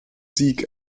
sieg